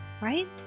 right